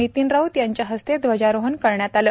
नितीन राऊत यांच्या हस्ते ध्वजारोहण करण्यात आले